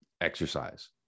exercise